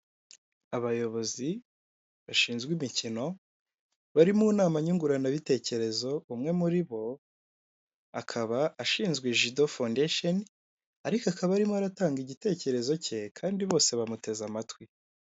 Abayobozi bashinzwe imikino bari mu nama nyunguranabitekerezo umwe muri bo akaba ashinzwe jIdo fondeshoni, ariko akaba arimo aratanga igitekerezo cye kandi bose bamuteze amatwi.